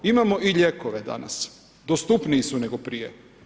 Imamo i lijekove danas, dostupniji su nego prije.